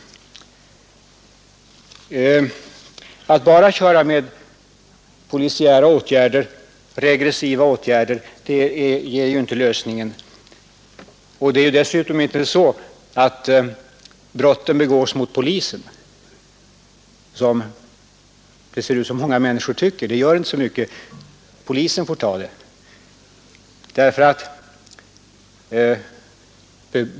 Enbart polisiära, regressiva åtgärder ger inte lösningen. Dessutom begås inte brotten direkt mot polisen, vilket många människor tycks anse.